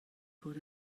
bod